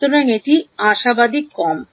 সুতরাং এটি আশাবাদী কম